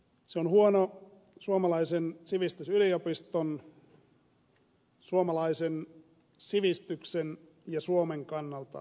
se on huono suomalaisen sivistysyliopiston suomalaisen sivistyksen ja suomen kannalta katsoen